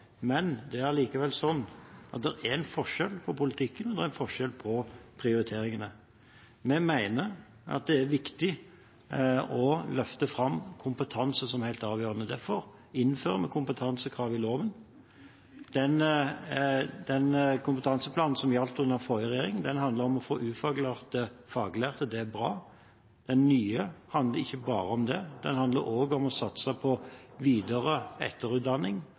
men det er likevel sånn at det er en forskjell på politikken og en forskjell på prioriteringene. Vi mener det er viktig å løfte fram kompetanse som helt avgjørende. Derfor innfører vi kompetansekrav i loven. Den kompetanseplanen som gjaldt under forrige regjering, handler om å få ufaglærte faglærte. Det er bra. Den nye handler ikke bare om det, den handler også om å satse på videre- og etterutdanning